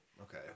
Okay